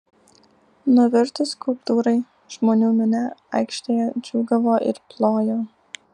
nuvirtus skulptūrai žmonių minia aikštėje džiūgavo ir plojo